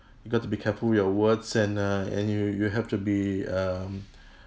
you got to be careful with your words and uh and you you have to be um